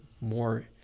more